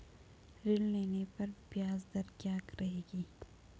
ऋण लेने पर ब्याज दर क्या रहेगी?